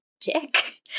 dick